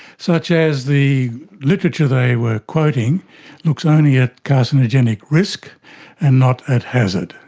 such as the literature they were quoting looks only at carcinogenic risk and not at hazard.